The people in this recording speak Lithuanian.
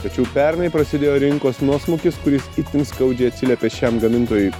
tačiau pernai prasidėjo rinkos nuosmukis kuris itin skaudžiai atsiliepė šiam gamintojui